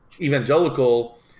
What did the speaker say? evangelical